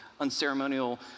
unceremonial